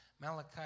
Malachi